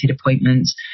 appointments